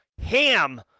ham